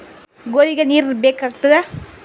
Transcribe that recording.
ಗೋಧಿಗ ನೀರ್ ಬೇಕಾಗತದ?